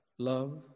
Love